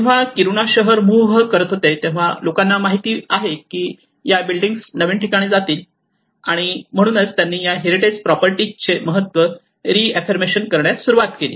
जेव्हा किरुणा शहर मुव्ह करत होते तेव्हा लोकांना माहित आहे की या बिल्डिंग नवीन ठिकाणी जातील आणि म्हणूनच त्यांनी या हेरिटेज प्रॉपर्टीचे महत्व रीऍफिर्मशन करण्यास सुरवात केली